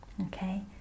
Okay